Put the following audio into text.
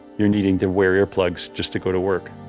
you're needing to wear ear plugs just to go to work